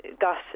got